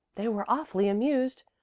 they were awfully amused.